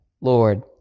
Lord